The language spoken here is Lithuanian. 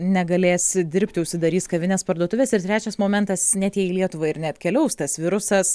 negalės dirbti užsidarys kavinės parduotuvės ir trečias momentas net jei į lietuvą ir neatkeliaus tas virusas